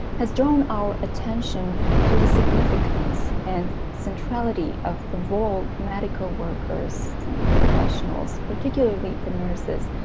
has drawn our attention to the significance and centrality of the role medical workers and professionals, particularly the nurses,